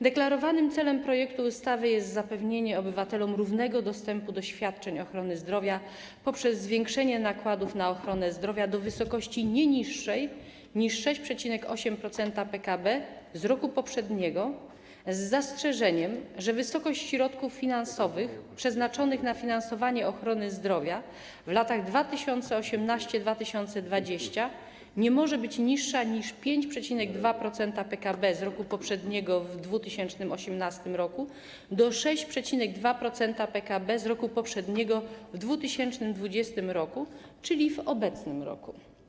Deklarowanym celem projektu ustawy jest zapewnienie obywatelom równego dostępu do świadczeń ochrony zdrowia poprzez zwiększenie nakładów na ochronę zdrowia do wysokości nie niższej niż 6,8% PKB z roku poprzedniego, z zastrzeżeniem że wysokość środków finansowych przeznaczonych na finansowanie ochrony zdrowia w latach 2018–2020 nie może być niższa niż 5,2% PKB z roku poprzedniego w 2018 r., do 6,2% PKB z roku poprzedniego w 2020 r., czyli w obecnym roku.